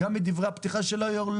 גם מדברי הפתיחה של היושב-ראש,